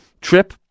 trip